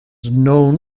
known